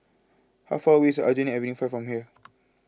how far away is Aljunied Avenue four from here